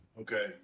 Okay